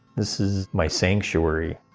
this is my sanctuary.